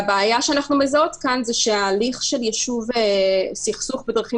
הבעיה שאנחנו מזהות כאן זה שההליך של יישוב סכסוך בדרכים